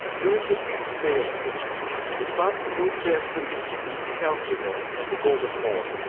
during the fifth day of the siege, the slavs moved their fleet to chalcedon from the golden horn.